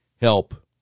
help